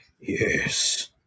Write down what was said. Yes